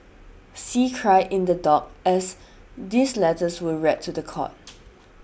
see cried in the dock as these letters were read to the court